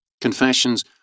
Confessions